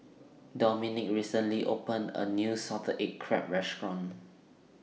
Domenick recently opened A New Salted Egg Crab Restaurant